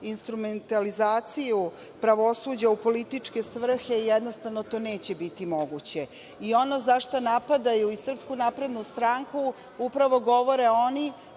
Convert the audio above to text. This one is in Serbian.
instrumentalizaciju pravosuđa u političke svrhe jednostavno to neće biti moguće. Ono za šta napadaju i SNS upravo govore oni